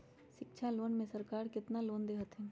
शिक्षा लोन में सरकार केतना लोन दे हथिन?